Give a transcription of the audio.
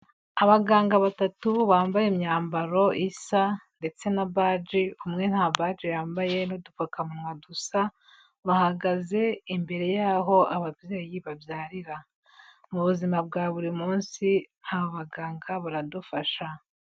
Abaganga batatu bambaye imyambaro isa ndetse na badje umwe nta badje yambaye n'udupfukanwa dusa bahagaze imbere y'aho ababyeyi babyarira, mu buzima bwa buri munsi abaganga baradufasha.